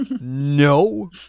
No